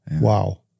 wow